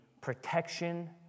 protection